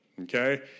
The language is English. okay